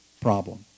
problem